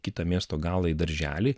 kitą miesto galą į darželį